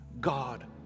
god